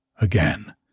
Again